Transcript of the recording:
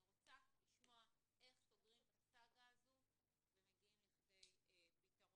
אני רוצה לשמוע איך סוגרים את הסאגה הזו ומגיעים לכדי פתרון.